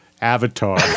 avatar